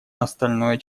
остальное